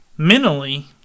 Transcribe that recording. Mentally